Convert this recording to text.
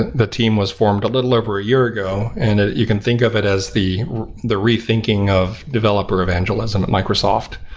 the team was formed a little over a year ago, and you can think of it as the the rethinking of developer evangelism at microsoft.